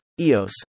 EOS